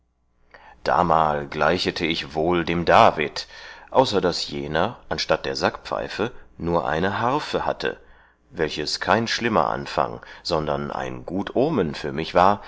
gleichete ich wohl dem david außer daß jener anstatt der sackpfeife nur eine harpfe hatte welches kein schlimmer anfang sondern ein gut omen für mich war